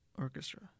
orchestra